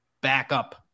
backup